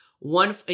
One